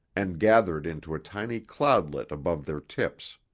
and gathered into a tiny cloudlet above their tips.